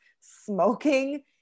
Smoking